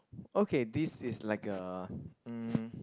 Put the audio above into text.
okay this is like a um